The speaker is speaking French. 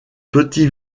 petit